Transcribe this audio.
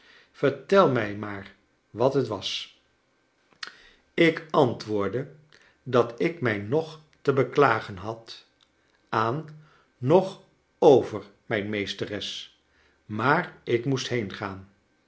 vertel mij maar wat het was chakles dickens ik antwoordde dat ik mij noch te beklagen bad aan noch over mijn meesteres maar ik rnoest heengaan